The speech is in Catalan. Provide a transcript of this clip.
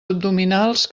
abdominals